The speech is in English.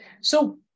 So-